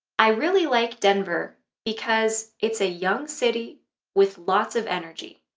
i really like denver because it's a young city with lots of energy,